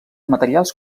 materials